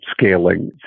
scaling